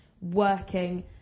working